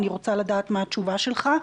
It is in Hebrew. אני רוצה לדעת מה התשובה שלך.